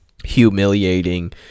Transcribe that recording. Humiliating